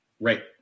Right